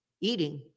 eating